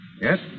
Yes